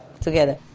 together